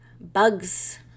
bugs